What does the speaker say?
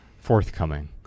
forthcoming